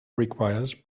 requires